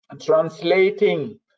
translating